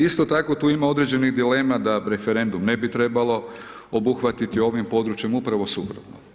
Isto tako tu ima određenih dilema da referendum ne bi trebalo obuhvatiti ovim područjem, upravo suprotno.